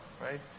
right